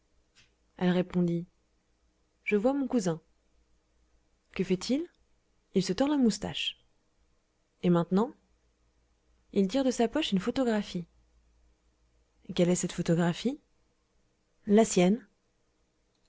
elle répondit je vois mon cousin que fait-il il se tord la moustache et maintenant il tire de sa poche une photographie quelle est cette photographie la sienne